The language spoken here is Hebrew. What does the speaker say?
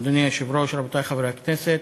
אדוני היושב-ראש, רבותי חברי הכנסת,